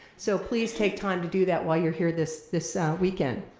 so please take time to do that while you're here this this weekend.